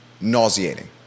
Nauseating